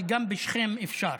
אבל גם בשכם אפשר.